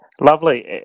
Lovely